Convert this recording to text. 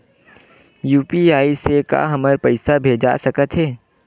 UPI से का हमर पईसा भेजा सकत हे?